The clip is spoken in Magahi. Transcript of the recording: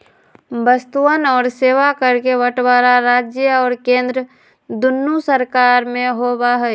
वस्तुअन और सेवा कर के बंटवारा राज्य और केंद्र दुन्नो सरकार में होबा हई